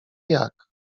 jak